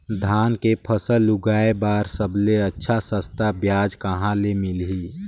धान के फसल उगाई बार सबले अच्छा सस्ता ब्याज कहा ले मिलही?